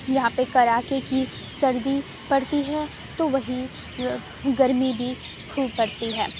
یہاں پہ کراکے کی سردی پڑتی ہے تو وہی گرمی بھی خوب پڑتی ہے